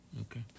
okay